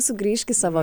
sugrįžk į savo